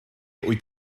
wyt